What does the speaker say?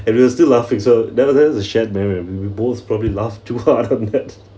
I will still laugh so nevertheless it's a shared memory and we both probably laugh too hard on that